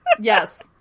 Yes